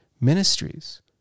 ministries